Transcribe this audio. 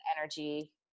energy